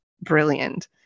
brilliant